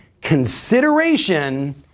Consideration